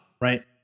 Right